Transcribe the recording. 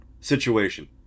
situation